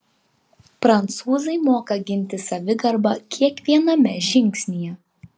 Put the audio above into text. prancūzai moka ginti savigarbą kiekviename žingsnyje